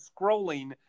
scrolling